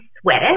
sweat